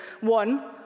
one